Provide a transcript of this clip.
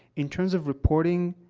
in terms of reporting,